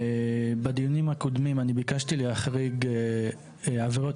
בדיונים הקודמים אני ביקשתי להחריג עבירות